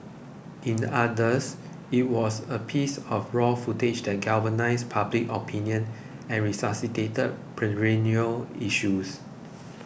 in others it was a piece of raw footage that galvanised public opinion and resuscitated perennial issues